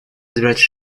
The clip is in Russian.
избрать